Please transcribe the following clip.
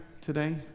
today